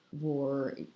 war